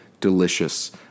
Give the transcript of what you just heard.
delicious